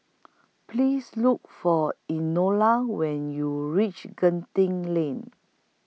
Please Look For Enola when YOU REACH Genting Lane